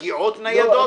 מגיעות ניידות?